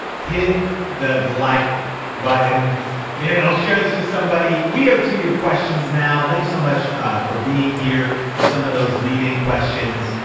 hit the like button and i'll share this with somebody. we are to your questions now. thanks so much for being here with some of those leading questions.